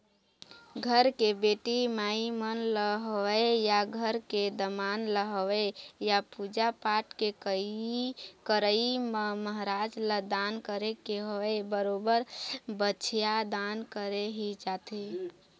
घर के बेटी माई मन ल होवय या घर के दमाद ल होवय या पूजा पाठ के करई म महराज ल दान करे के होवय बरोबर बछिया दान करे ही जाथे